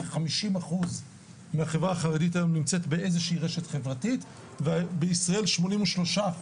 כ-50% מהחברה החרדית היום נמצאת באיזו שהיא רשת חברתית ובישראל 83%,